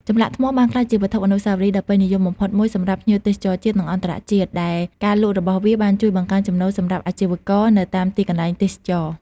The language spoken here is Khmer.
ចម្លាក់ថ្មបានក្លាយជាវត្ថុអនុស្សាវរីយ៍ដ៏ពេញនិយមបំផុតមួយសម្រាប់ភ្ញៀវទេសចរណ៍ជាតិ និងអន្តរជាតិ ដែលការលក់របស់វាបានជួយបង្កើនចំណូលសម្រាប់អាជីវករនៅតាមទីកន្លែងទេសចរណ៍។